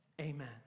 Amen